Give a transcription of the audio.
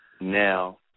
now